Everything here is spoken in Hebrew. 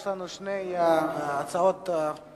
יש לנו שתי הצעות אחרות.